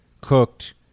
cooked